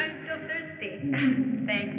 i think